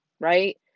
right